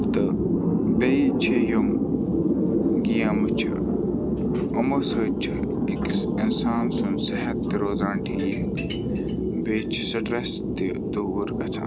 تہٕ بیٚیہِ چھِ یِم گیمہٕ چھِ یِمو سۭتۍ چھِ أکِس اِنسان سُنٛد صحت تہِ روزان ٹھیٖک بیٚیہِ چھِ سٹرٛٮ۪س تہِ دوٗر گژھان